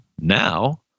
now